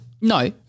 No